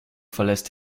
verlässt